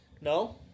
No